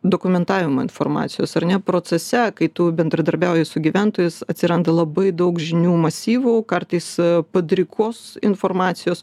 dokumentavimo informacijos ar ne procese kai tu bendradarbiauji su gyventojais atsiranda labai daug žinių masyvų kartais padrikos informacijos